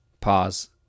Pause